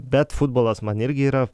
bet futbolas man irgi yra